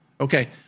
Okay